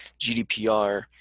GDPR